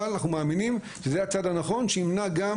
אבל אנחנו מאמינים שזה הצעד הנכון שימנע גם